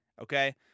okay